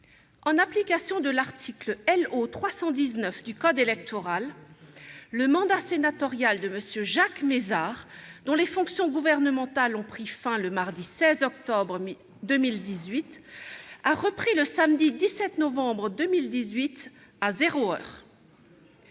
En application de l'article L.O. 319 du code électoral, le mandat sénatorial de M. Jacques Mézard, dont les fonctions gouvernementales ont pris fin le mardi 16 octobre 2018, a repris le samedi 17 novembre 2018, à zéro heure.